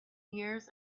years